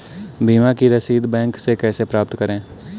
बीमा की रसीद बैंक से कैसे प्राप्त करें?